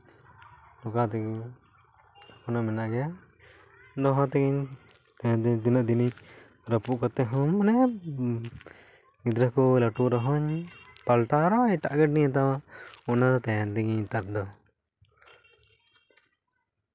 ᱜᱚᱴᱟ ᱛᱮᱜᱮᱧ ᱮᱠᱷᱚᱱ ᱦᱚᱸ ᱢᱮᱱᱟᱜ ᱜᱮᱭᱟ ᱫᱚᱦᱚ ᱛᱤᱧ ᱛᱟᱦᱮᱱ ᱛᱤᱧ ᱛᱤᱱᱟᱹᱜ ᱫᱤᱱᱤᱧ ᱨᱟᱹᱯᱩᱫ ᱠᱟᱛᱮ ᱦᱚᱸ ᱢᱟᱱᱮ ᱜᱤᱫᱽᱨᱟᱹ ᱠᱚ ᱞᱟᱹᱴᱩᱜ ᱨᱮᱦᱚᱸᱧ ᱯᱟᱞᱴᱟᱣ ᱨᱮᱦᱚᱸ ᱮᱴᱟᱜ ᱜᱟᱹᱰᱤᱧ ᱦᱟᱛᱟᱣᱟ ᱚᱱᱟ ᱫᱮ ᱛᱟᱦᱮᱱ ᱛᱤᱧ ᱜᱮᱭᱟ ᱱᱮᱛᱟᱨ ᱫᱚ